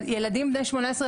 ילדים בני 18,